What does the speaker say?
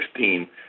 2016